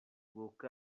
woke